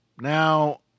Now